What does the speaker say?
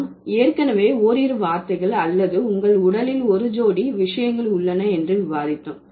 நாம் ஏற்கனவே ஓரிரு வார்த்தைகள் அல்லது உங்கள் உடலில் ஒரு ஜோடி விஷயங்கள் உள்ளன என்று விவாதித்தோம்